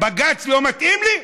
בג"ץ לא מתאים לי?